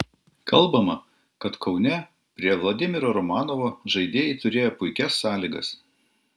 kalbama kad kaune prie vladimiro romanovo žaidėjai turėjo puikias sąlygas